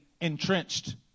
entrenched